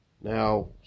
Now